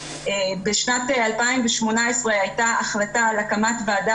בשנת 2018 הייתה החלטה על הקמת ועדה